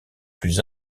plus